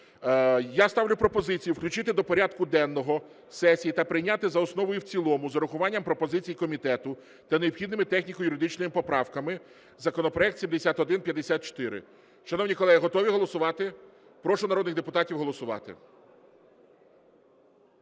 Я ставлю пропозицію включити до порядку денного сесії та прийняти за основу і в цілому з урахуванням пропозицій комітету та необхідними техніко-юридичними поправками законопроект 7154. Шановні колеги, готові голосувати? Прошу народних депутатів голосувати.